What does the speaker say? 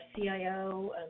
CIO